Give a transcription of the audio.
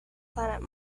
planet